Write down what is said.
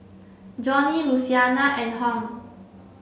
Joni Louisiana and Hung